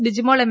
Bijimol M